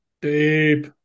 deep